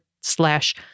slash